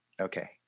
Okay